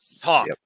Talk